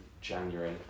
January